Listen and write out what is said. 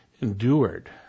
endured